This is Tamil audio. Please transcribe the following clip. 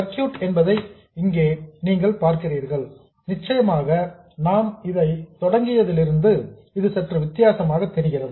சர்க்யூட் என்பதை இங்கே நீங்கள் பார்க்கிறீர்கள் நிச்சயமாக நாம் தொடங்கியதிலிருந்து இது சற்று வித்தியாசமாக தெரிகிறது